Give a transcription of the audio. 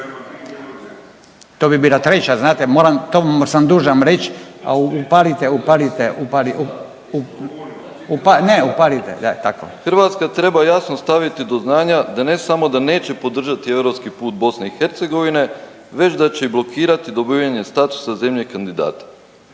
Hrvatska treba jasno staviti do znanja da ne samo da neće podržati europski put BiH već da će i blokirati dobivanje statusa zemlje kandidata.